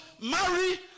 marry